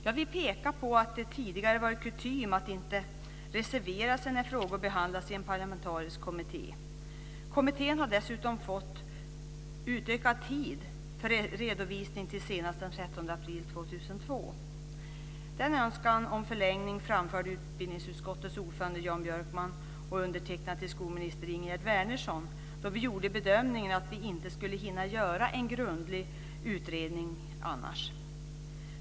Jag vill peka på att det tidigare har varit kutym att inte reservera sig när frågor behandlas i en parlamentarisk kommitté. Kommittén har dessutom fått utökad tid för redovisning till senast den 30 april 2002. Denna önskan om förlängning framförde utbildningsutskottets ordförande Jan Björkman och undertecknad till skolminister Ingegerd Wärnersson då vi gjorde bedömningen att vi annars inte skulle hinna göra en grundlig utredning.